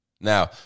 Now